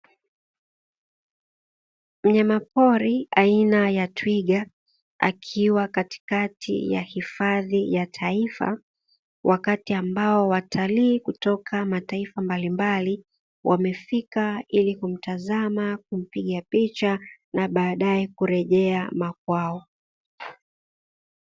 Mnyama pori aina ya twiga akiwa katikati ya hifadhi ya taifa, wakati ambao watalii kutoka mataifa mbalimbali, wamefika ili kumtazama, kumpiga picha na badae kurejea makwao.